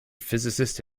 physicist